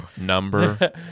number